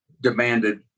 demanded